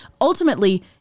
Ultimately